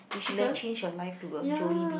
we should let change your life to a Jollibee